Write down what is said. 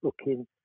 looking